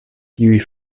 kiuj